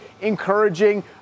encouraging